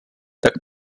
tak